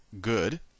good